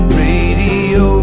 radio